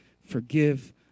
forgive